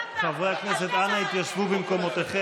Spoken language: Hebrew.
אני הגנתי על ההפגנות של החרדים,